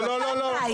--- דנים,